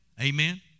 Amen